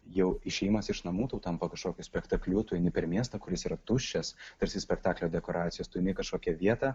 jau išėjimas iš namų tau tampa kažkokiu spektakliu tu eini per miestą kuris yra tuščias tarsi spektaklio dekoracijos tu eini į kažkokią vietą